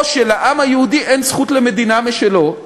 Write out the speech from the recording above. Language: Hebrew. או שלעם היהודי אין זכות למדינה משלו.